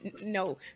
No